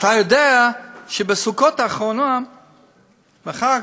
אתה יודע שבסוכות האחרון, בחג,